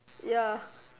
ya